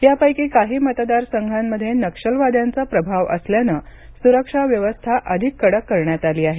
यापैकी काही मतदारसंघांमध्ये नक्षलवाद्यांचा प्रभाव असल्यानं सुरक्षा व्यवस्था अधिक कडक करण्यात आली आहे